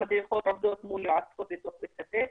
הן עובדות מול יועצות בתוך בית הספר,